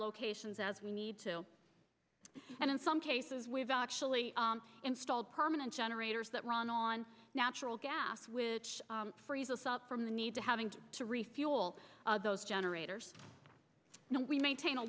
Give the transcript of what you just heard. locations as we need to and in some cases we've actually installed permanent generators that run on natural gas which frees us up from the need to having to refuel those generators and we maintain a